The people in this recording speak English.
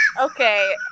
Okay